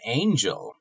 angel